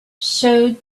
showed